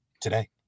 today